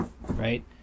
right